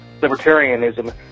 libertarianism